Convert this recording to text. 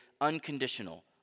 unconditional